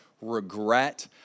regret